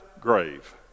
grave